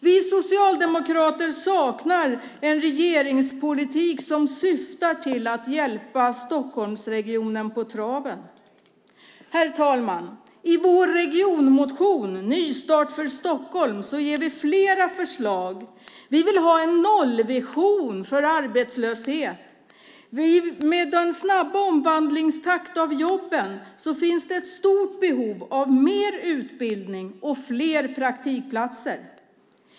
Vi socialdemokrater saknar en regeringspolitik som syftar till att hjälpa Stockholmsregionen på traven. Herr talman! I vår regionmotion Nystart för Stockholm ger vi flera förslag. Vi vill ha en nollvision för arbetslöshet. Med den snabba omvandlingstakten för jobben finns det ett stort behov av mer utbildning och fler praktikplatser.